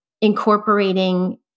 incorporating